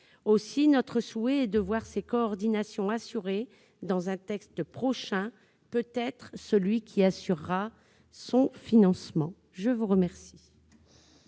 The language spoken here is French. Aussi, notre souhait est de voir ces coordinations assurées dans un texte prochain, peut-être celui qui assurera le financement de cette réforme.